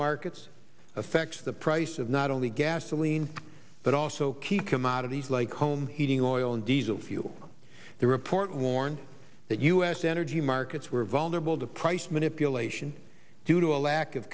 markets affects the price of not only gasoline but also key commodities like home heating oil and diesel fuel the report warned that u s energy markets were vulnerable to price manipulation due to a lack of